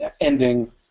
ending